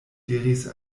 diris